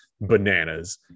bananas